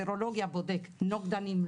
סרולוגיה בודק נוגדנים,